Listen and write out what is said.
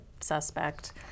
suspect